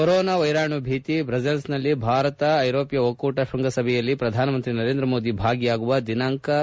corona ವೈರಾಣು ಭೀತಿ ಬ್ರಸೆಲ್ಸ್ನಲ್ಲಿ ಭಾರತ ಐರೋಪ್ನ ಒಕ್ಕೂಟ ಶ್ವಂಗಸಭೆಯಲ್ಲಿ ಪ್ರಧಾನಮಂತ್ರಿ ಸರೇಂದ್ರ ಮೋದಿ ಭಾಗಿಯಾಗುವ ದಿನಾಂಕ ಮನರ್ ನಿಗದಿ